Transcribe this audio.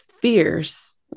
fierce